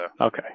Okay